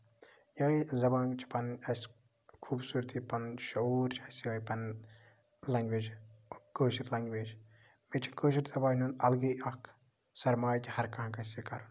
یا یہِ زَبان چھِ پَنٕنۍ اَسہِ خوٗبصوٗرتی پَنُن شعوٗر چھُ اَسہِ یِہے پَنٕنۍ لینٛگویج کٲشِر لینٛگویج مےٚ چھُ کٲشُر زَبانہِ ہُنٛد اَلگٕے اکھ سرمایہِ کہِ ہَر کانٛہہ گژھِ یہِ کَرُن